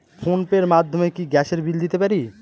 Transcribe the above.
Phone pay র মাধ্যমে কি গ্যাসের বিল দিতে পারি?